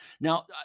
Now